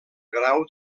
grau